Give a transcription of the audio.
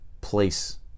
place